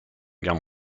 guerre